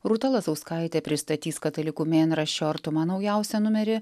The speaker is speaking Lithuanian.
rūta lazauskaitė pristatys katalikų mėnraščio artuma naujausią numerį